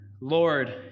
Lord